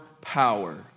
power